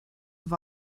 have